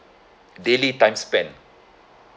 daily time spend